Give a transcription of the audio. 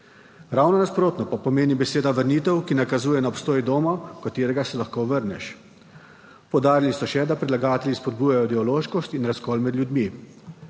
Ravno nasprotno pa pomeni beseda vrnitev, ki nakazuje na obstoj doma, v katerega se lahko vrneš. Poudarili so še, da predlagatelji spodbujajo dialoškost in razkol med ljudmi.